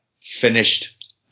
finished